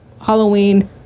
Halloween